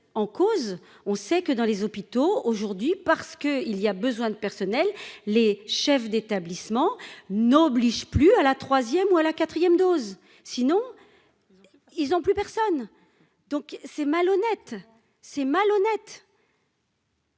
en cause, on sait que dans les hôpitaux aujourd'hui parce que il y a besoin de personnel, les chefs d'établissement n'oblige plus à la troisième ou à la 4ème dose sinon ils ont plus personne, donc c'est malhonnête, c'est malhonnête.